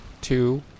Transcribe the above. two